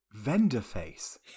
Vendorface